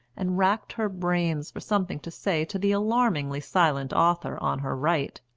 and racked her brains for something to say to the alarmingly silent author on her right.